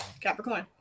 Capricorn